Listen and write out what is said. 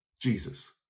Jesus